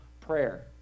prayer